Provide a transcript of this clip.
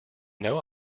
know